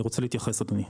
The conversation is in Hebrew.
אני רוצה להתייחס אדוני,